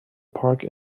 park